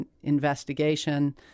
investigation